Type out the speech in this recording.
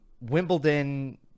Wimbledon